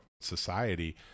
society